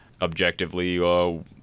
objectively